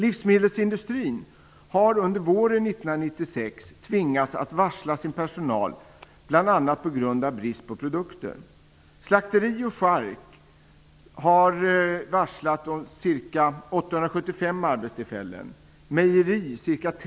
Livsmedelsindustrin har under våren 1996 tvingats att varsla sin personal, bl.a. på grund av brist på produkter. Varslen inom slakteri och chark omfattar ca arbetstillfällen.